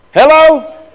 Hello